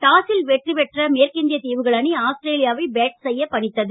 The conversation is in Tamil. டாஸில் வெற்றி பெற்ற மேற்கிந்திய தீவுகள் அணி ஆஸ்திரேலியாவை பேட் செய்ய பணித்தது